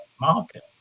market